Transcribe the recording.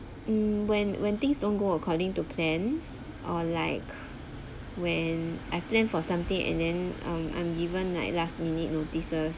mm when when things don't go according to plan or like when I plan for something and then um I'm given like last minute notices